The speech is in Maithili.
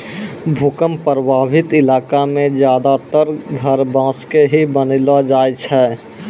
भूकंप प्रभावित इलाका मॅ ज्यादातर घर बांस के ही बनैलो जाय छै